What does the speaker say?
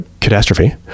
catastrophe